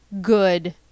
good